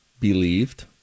believed